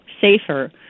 safer